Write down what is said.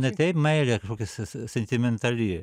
ne teip meilė kažkokias s sentimentali